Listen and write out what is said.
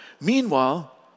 Meanwhile